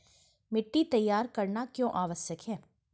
मिट्टी तैयार करना क्यों आवश्यक है?